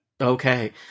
Okay